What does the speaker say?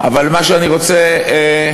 אבל מה שאני רוצה לומר,